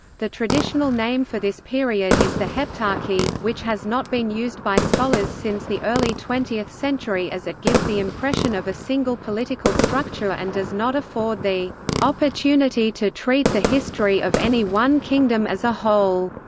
the traditional name for this period is the heptarchy, which has not been used by scholars since the early twentieth century as it gives the impression of a single political structure and does not afford the opportunity to treat the history of any one kingdom as a whole.